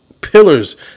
pillars